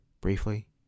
Briefly